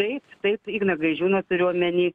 taip taip igną gaižiūną turiu omeny